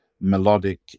melodic